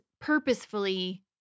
purposefully